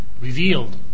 revealed